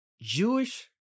Jewish